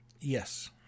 yes